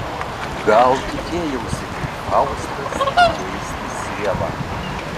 gal tikėjausi kaip faustas įkeisti sielą